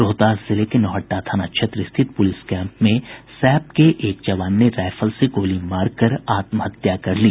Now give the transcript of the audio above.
रोहतास जिले के नौहट्टा थाना क्षेत्र रिथित पुलिस कैम्प में सैप के एक जवान ने राईफल से गोली मारकर आत्महत्या कर ली